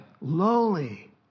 Lowly